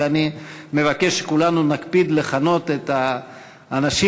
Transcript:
ואני מבקש שכולנו נקפיד לכנות את האנשים